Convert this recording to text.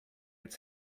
its